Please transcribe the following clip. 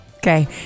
Okay